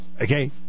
Okay